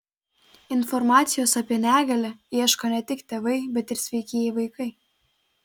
informacijos apie negalią ieško ne tik tėvai bet ir sveikieji vaikai